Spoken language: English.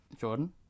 Jordan